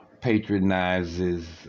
patronizes